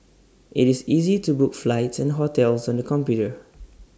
IT is easy to book flights and hotels on the computer